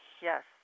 Yes